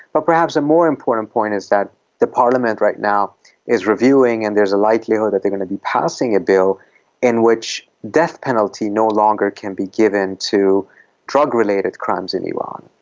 but perhaps a more important point is that the parliament right now is reviewing and there's a likelihood that the going to be passing a bill in which the death penalty no longer can be given to drug-related crimes in iran.